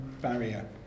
barrier